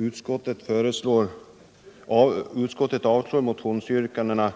Utskottet avstyrker motionsyrkandena